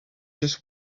just